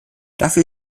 dafür